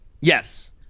Yes